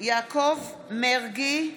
יעקב מרגי,